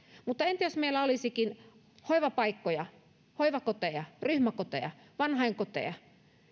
mutta entä jos meillä olisikin hoivapaikkoja hoivakoteja ryhmäkoteja vanhainkoteja